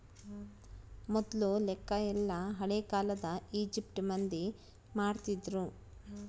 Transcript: ಮೊದ್ಲು ಲೆಕ್ಕ ಎಲ್ಲ ಹಳೇ ಕಾಲದ ಈಜಿಪ್ಟ್ ಮಂದಿ ಮಾಡ್ತಿದ್ರು